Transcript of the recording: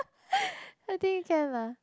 I think can lah